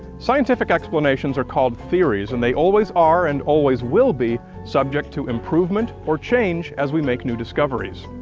scientific explanations are called theories, and they always are and always will be subject to improvement or change as we make new discoveries.